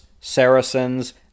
Saracens